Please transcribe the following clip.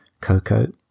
Cocoa